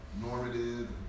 normative